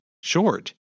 short